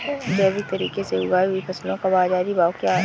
जैविक तरीके से उगाई हुई फसलों का बाज़ारी भाव ज़्यादा है